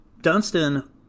Dunstan